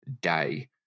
day